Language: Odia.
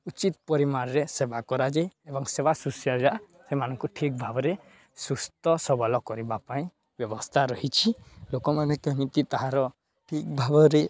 ଉଚିତ୍ ପରିମାଣରେ ସେବା କରାଯାଏ ଏବଂ ସେବା ଶୁଶ୍ରୂଷା ସେମାନଙ୍କୁ ଠିକ୍ ଭାବରେ ସୁସ୍ଥ ସବଳ କରିବା ପାଇଁ ବ୍ୟବସ୍ଥା ରହିଛି ଲୋକମାନେ କେମିତି ତାହାର ଠିକ୍ ଭାବରେ